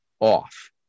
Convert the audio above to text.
off